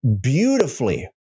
beautifully